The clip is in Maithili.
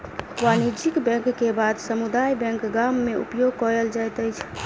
वाणिज्यक बैंक के बाद समुदाय बैंक गाम में उपयोग कयल जाइत अछि